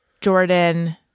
jordan